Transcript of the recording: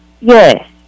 Yes